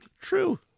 True